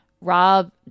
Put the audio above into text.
Rob